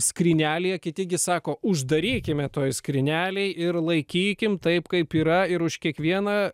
skrynelėje kiti gi sako uždarykime toj skrynelėj ir laikykim taip kaip yra ir už kiekvieną